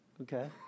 Okay